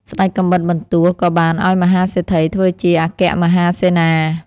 ស្ដេចកាំបិតបន្ទោះក៏បានឱ្យមហាសេដ្ឋីធ្វើជាអគ្គមហាសេនា។